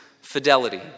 fidelity